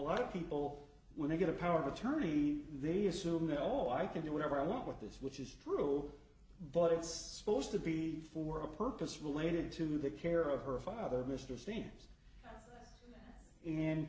lot of people when they get a power of attorney they assume know i can do whatever i want with this which is true but it's supposed to be for a purpose related to the care of her father mr steams and